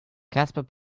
casper